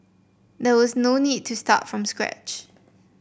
there was no need to start from scratch